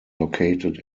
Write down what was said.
located